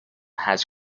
has